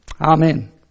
Amen